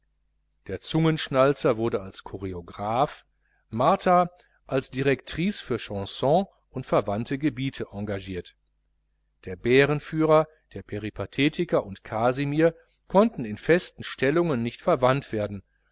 der zungenschnalzer wurde als choreograph martha als direktrice für chanson und verwandte gebiete engagiert der bärenführer der peripathetiker und kasimir konnten in festen stellungen nicht verwandt werden